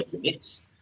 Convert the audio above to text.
units